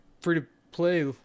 free-to-play